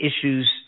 issues